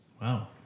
Wow